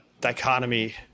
dichotomy